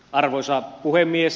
arvoisa puhemies